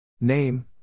Name